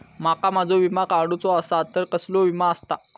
माका माझो विमा काडुचो असा तर कसलो विमा आस्ता?